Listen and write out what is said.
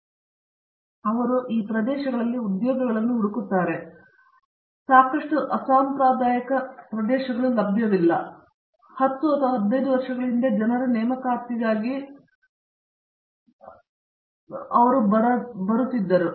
ಆದ್ದರಿಂದ ಅವರು ಈ ಪ್ರದೇಶಗಳಲ್ಲಿ ಉದ್ಯೋಗಗಳನ್ನು ಹುಡುಕುತ್ತಾರೆ ಮತ್ತು ಸಾಕಷ್ಟು ಅಸಾಂಪ್ರದಾಯಿಕ ಪ್ರದೇಶಗಳು ಲಭ್ಯವಿಲ್ಲ 10 ಅಥವಾ 15 ವರ್ಷಗಳ ಹಿಂದೆ ಈ ಜನರ ನೇಮಕಾತಿಗಾಗಿ ಅವರು ಬರಲಿದ್ದಾರೆ